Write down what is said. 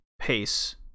pace